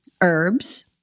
herbs